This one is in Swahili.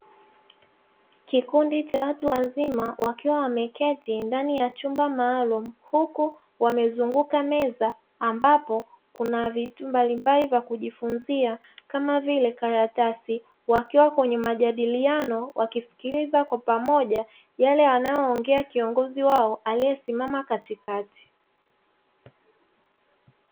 Kikundi cha watu wazima wakiwa wameketi ndani ya chumba maalumu, huku wamezunguka meza ambapo kuna vitu mbalimbali vya kujifunzia kama vile karatasi, wakiwa kwenye majadiliano wakisikiliza kwa pamoja yale yanayoongea kiongozi wao aliyesimama katikati.